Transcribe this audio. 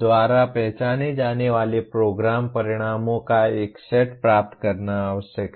द्वारा पहचाने जाने वाले प्रोग्राम परिणामों का एक सेट प्राप्त करना आवश्यक है